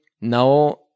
Now